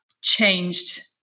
changed